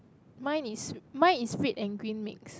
mine is mine is red and green mix